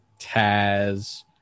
Taz